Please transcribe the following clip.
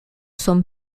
sont